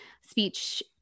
speech